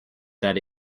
that